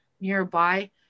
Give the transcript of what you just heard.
nearby